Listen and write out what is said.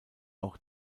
auch